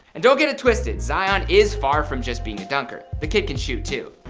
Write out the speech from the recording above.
and don't get it twisted, zion is far from just being a dunker. the kid can shoot too